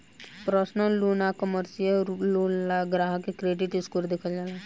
personal loan आ commercial loan ला ग्राहक के क्रेडिट स्कोर देखल जाला